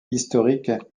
historiques